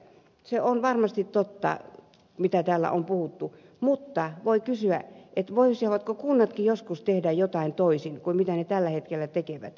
se on varmasti totta mitä täällä on puhuttu mutta voi kysyä voisivatko kunnatkin joskus tehdä jotain toisin kuin ne tällä hetkellä tekevät